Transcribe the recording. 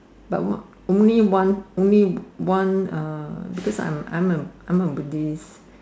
but only one only one uh because I'm a I'm a Buddhist